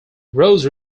rose